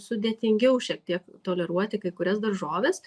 sudėtingiau šiek tiek toleruoti kai kurias daržoves